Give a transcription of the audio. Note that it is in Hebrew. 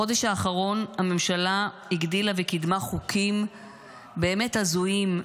בחודש האחרון הממשלה הגדילה וקידמה חוקים באמת הזויים,